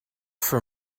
for